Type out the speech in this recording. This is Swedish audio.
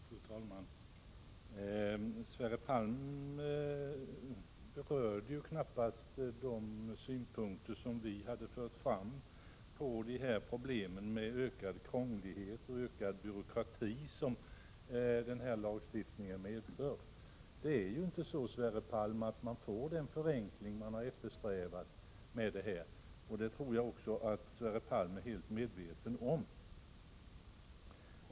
Fru talman! Sverre Palm berörde knappast de synpunkter som vi förde fram om problemet med det ökade krångel och den ökade byråkrati som den här lagstiftningen medför. Den eftersträvade förenklingen åstadkoms inte, och det tror jag att Sverre Palm är helt medveten om.